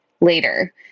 later